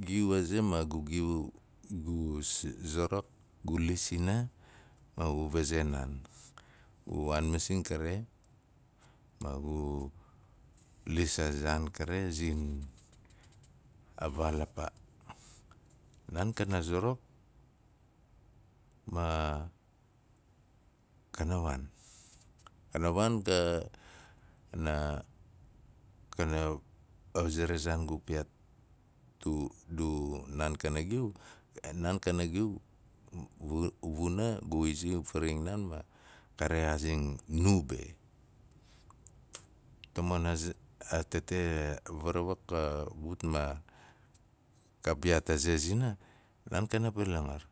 gu a ze ma gu gu- gu zarak, gu lis sina ma gu vase naan, gu waan masing karema gu lis a zaan kare zin a vaal a paa. Naan kana zarak ma kana naan kana waan ma ka- na waan a ze re zaan gu piyaat du, du naan kana gu an naan kana giu vu- vuna gui zi varing naan ma ka rexaazing nu be tamon a za ra- a tete ka ut ma ka piyaat a ze zina, naan kana pe langar.